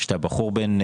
כשאתה בחור בן,